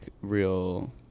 real